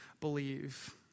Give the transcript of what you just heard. believe